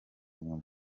nyuma